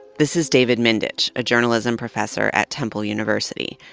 this is david mindich, a journalism professor at temple university.